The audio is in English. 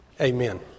amen